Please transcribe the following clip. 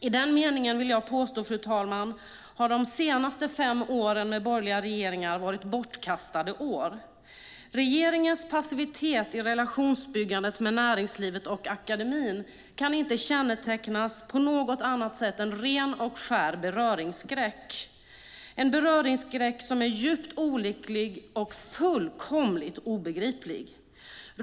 I den meningen, fru talman, har de senaste fem åren med borgerliga regeringar varit bortkastade år, vill jag påstå. Regeringens passivitet i relationsbyggandet med näringslivet och akademin kan inte kännetecknas som något annat än ren och skär beröringsskräck, en beröringsskräck som är djupt olycklig och fullkomligt obegriplig.